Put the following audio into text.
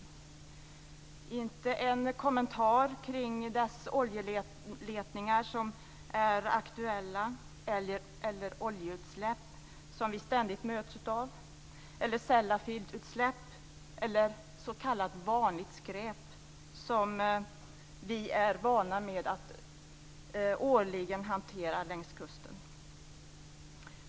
Det fanns inte en kommentar kring de oljeletningar som är aktuella, de oljeutsläpp som vi ständigt möts av, utsläppen från Sellafield eller s.k. vanligt skräp som vi är vana vid att årligen hantera längs kusten.